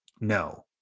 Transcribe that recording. No